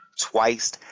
twice—